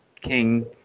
King